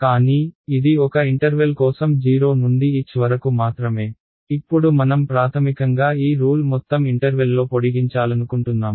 కానీ ఇది ఒక ఇంటర్వెల్ కోసం 0 నుండి h వరకు మాత్రమే ఇప్పుడు మనం ప్రాథమికంగా ఈ రూల్ మొత్తం ఇంటర్వెల్లో పొడిగించాలనుకుంటున్నాము